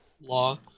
Law